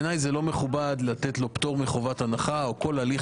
בעיניי לא מכובד לתת לו פטור מחובת הנחה או כל הליך